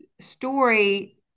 story